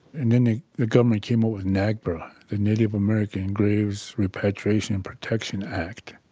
and then ah the government came up with nagrpa, the native american graves repatriation and protection act.